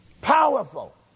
Powerful